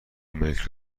ملک